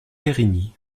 périgny